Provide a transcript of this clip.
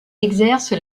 exerce